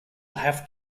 have